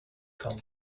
com